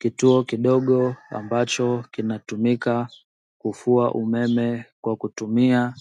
Kituo kidogo ambacho kina tumika kufua umeme kwa kutumia